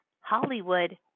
Hollywood